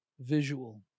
visual